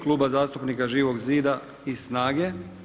Kluba zastupnika Živog zida i SNAGA-e.